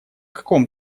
каком